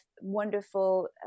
wonderful